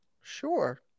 Sure